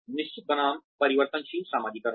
निश्चित बनाम परिवर्तनशील समाजीकरण